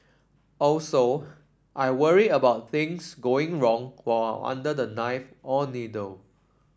also I worry about things going wrong while I'm under the knife or needle